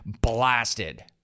blasted